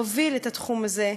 להוביל את התחום הזה,